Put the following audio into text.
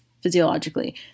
physiologically